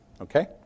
Okay